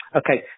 okay